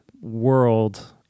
world